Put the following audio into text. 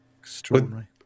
Extraordinary